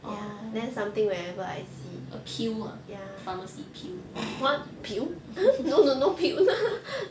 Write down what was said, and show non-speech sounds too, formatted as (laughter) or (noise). orh a pill ah pharmacy pill (laughs)